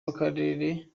w’akarere